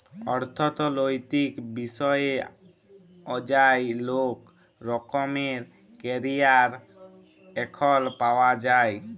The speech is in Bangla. অথ্থলৈতিক বিষয়ে অযায় লেক রকমের ক্যারিয়ার এখল পাউয়া যায়